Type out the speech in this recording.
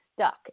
stuck